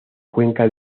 cuenca